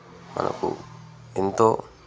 మనకు ఎంతో